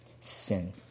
sin